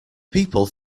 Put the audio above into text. people